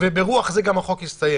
וברוח זו גם החוק יסתיים.